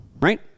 right